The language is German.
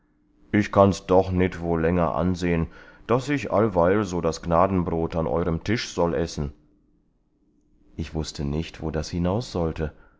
ich kann's doch nit wohl länger ansehn daß ich alleweil so das gnadenbrot an euerm tisch soll essen ich wußte nicht wo das hinaus sollte